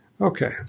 Okay